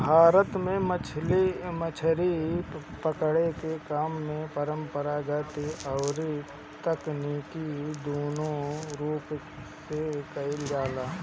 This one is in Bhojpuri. भारत में मछरी पकड़े के काम परंपरागत अउरी तकनीकी दूनो रूप से कईल जाला